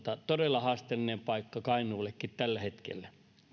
todella haasteellinen paikka kainuullekin tällä hetkellä